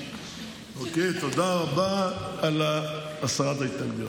אוקיי, תודה רבה על הסרת ההתנגדויות.